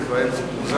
זה כבר יהיה קצת מוגזם.